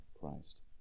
Christ